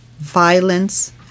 violence